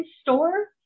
store